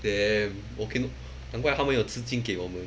then working 难怪他们有资金给我们